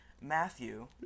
Matthew